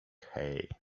hay